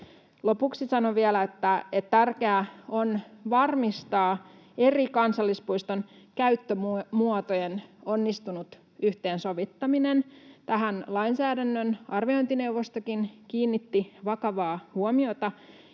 Lopuksi sanon vielä, että tärkeää on varmistaa eri kansallispuistojen käyttömuotojen onnistunut yhteensovittaminen. Tähän lainsäädännön arviointineuvostokin kiinnitti vakavaa huomiota,